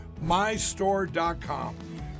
MyStore.com